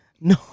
No